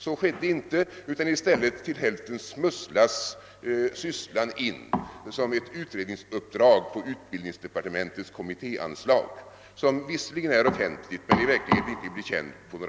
Så skedde emellertid inte, utan i stället till hälften smusslas sysslan in som ett utredningsuppdrag på utbildningsdepartementets kommittéanslag.